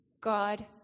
God